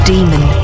Demon